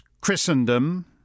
Christendom